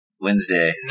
Wednesday